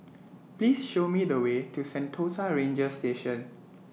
Please Show Me The Way to Sentosa Ranger Station